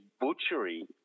butchery